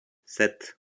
set